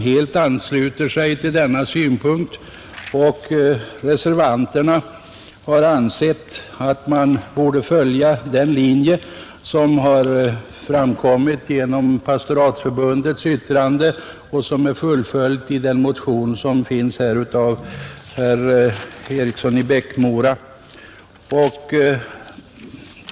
Reservanterna har ansett att man borde följa den linje som har framkommit i Pastoratförbundets yttrande och som är fullföljd i en motion av herr Eriksson i Bäckmora.